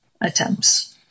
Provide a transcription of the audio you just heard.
attempts